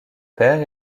père